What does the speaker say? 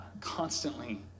constantly